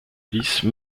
hélice